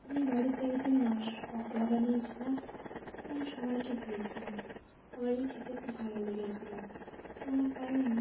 আমি বাড়িতে এক দিন মাংসর পকোড়া বানিয়েছিলাম এবং সবাইকে দিয়েছিলাম সবারির খেতে খুব ভালো লেগেছিলো তাই আমি